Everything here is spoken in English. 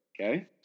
okay